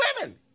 women